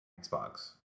Xbox